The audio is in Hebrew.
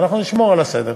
ואנחנו נשמור על הסדר.